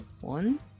One